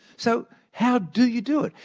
so how do you do it?